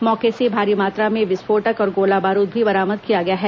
मौके से भारी मात्रा में विस्फोटक और गोला बारूद भी बरामद किया गया है